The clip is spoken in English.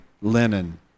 linen